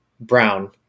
brown